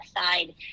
aside